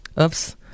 Oops